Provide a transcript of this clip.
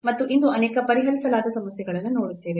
ಮತ್ತು ಇಂದು ಅನೇಕ ಪರಿಹರಿಸಲಾದ ಸಮಸ್ಯೆಗಳನ್ನು ನೋಡುತ್ತೇವೆ